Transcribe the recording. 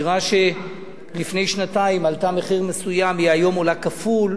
דירה שלפני שנתיים עלתה מחיר מסוים היום היא עולה כפול,